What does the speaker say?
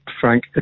Frank